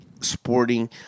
Sporting